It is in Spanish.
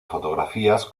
fotografías